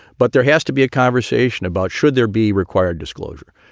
but there has to be a conversation about should there be required disclosure,